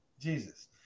Jesus